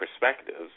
perspectives